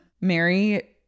Mary